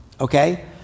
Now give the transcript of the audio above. okay